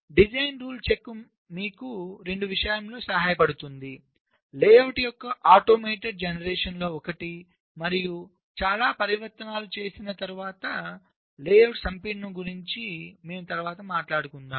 design rule check మీకు 2 విషయాలలో సహాయపడుతుంది లేఅవుట్ యొక్క ఆటోమేటెడ్ జనరేషన్లో ఒకటి మరియు చాలా పరివర్తనాలు చేసిన తర్వాతలేఅవుట్ సంపీడనం గురించి మేము తరువాత మాట్లాడుతాము